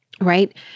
right